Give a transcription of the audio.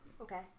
Okay